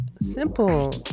Simple